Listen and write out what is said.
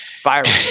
Firing